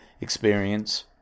experience